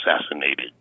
assassinated